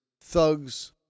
thugs